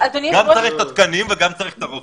צריך גם את התקנים וגם את הרופאים.